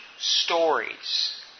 stories